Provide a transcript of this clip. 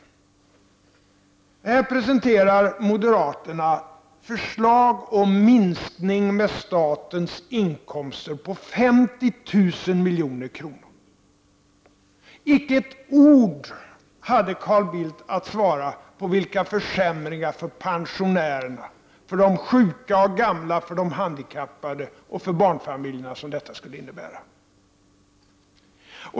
Moderaterna presenterar här förslag om en minskning av statens inkomster med 50 000 milj.kr. Carl Bildt hade icke ett ord till svar på frågan vilka försämringar för pensionärerna, för de sjuka och gamla, för de handikappade och för barnfamiljerna som detta skulle innebära.